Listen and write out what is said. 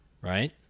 Right